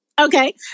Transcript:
Okay